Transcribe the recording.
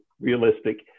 realistic